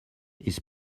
his